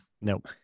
Nope